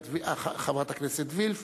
חברת הכנסת וילף,